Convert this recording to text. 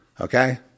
Okay